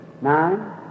Nine